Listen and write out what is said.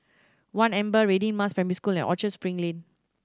One Amber Radin Mas Primary School and Orchard Spring Lane